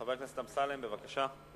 חבר הכנסת חיים אמסלם, בבקשה.